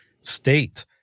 state